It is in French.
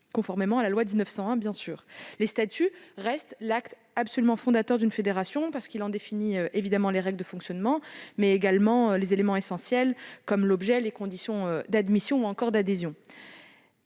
conformément à la loi de 1901. Les statuts restent l'acte fondateur d'une fédération parce qu'ils en définissent évidemment les règles de fonctionnement, mais également les éléments essentiels, comme l'objet, les conditions d'admission ou encore d'adhésion.